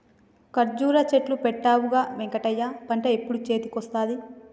కర్జురా చెట్లు పెట్టవుగా వెంకటయ్య పంట ఎప్పుడు చేతికొస్తది